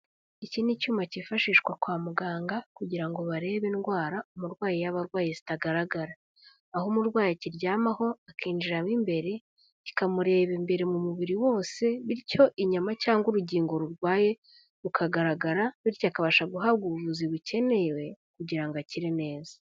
Iki ni icyuma kifashishwa kwa muganga kugira ngo barebe indwara umurwayi yaba arwaye zitagaragara, aho umurwayi akiryamaho akinjiramo imbere kikamureba imbere mu mubiri wose bityo inyama cyangwa urugingo rurwaye rukagaragara, bityo akabasha guhabwa ubuvuzi bukenewe kugira ngo akire neza.